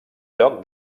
lloc